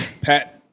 Pat